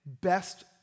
Best